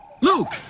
Luke